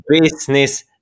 business